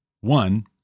one